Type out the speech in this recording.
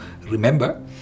remember